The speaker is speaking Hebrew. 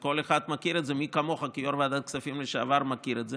וכל אחד מכיר את זה.